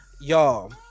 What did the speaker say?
Y'all